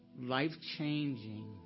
life-changing